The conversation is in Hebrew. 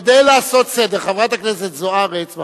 כדי לעשות סדר: חברת הכנסת זוארץ,